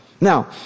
Now